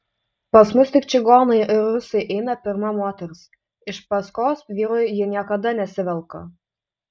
pas mus tik čigonai ir rusai eina pirma moters iš paskos vyrui ji niekada nesivelka